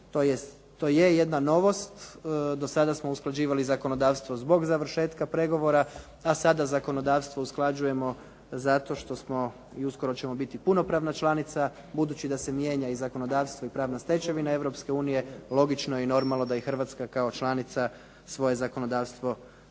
To je jedna novost. Do sada smo usklađivali zakonodavstvo zbog završetka pregovora, a sada zakonodavstvo usklađujemo zato što smo i uskoro ćemo biti punopravna članica. Budući da se mijenja i zakonodavstvo i pravna stečevina Europske unije, logično je i normalno da i Hrvatska kao članica svoje zakonodavstvo s time